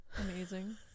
Amazing